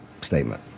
statement